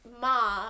Ma